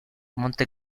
monte